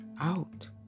out